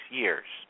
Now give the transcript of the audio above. years